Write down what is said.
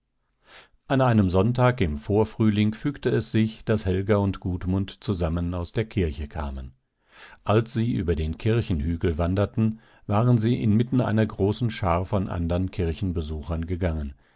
an einem sonntag im vorfrühling fügte es sich daß helga und gudmund zusammen aus der kirche kamen als sie über den kirchenhügel wanderten waren sie inmitten einer großen schar von andern kirchenbesuchern gegangen